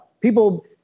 People